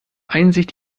einsicht